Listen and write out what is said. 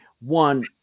one